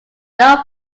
low